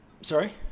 Sorry